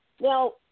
Now